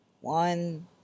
One